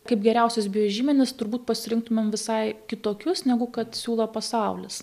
kaip geriausius biožymenis turbūt pasirinktumėm visai kitokius negu kad siūlo pasaulis